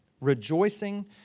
rejoicing